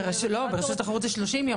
ברשות התחרות זה 30 ימים.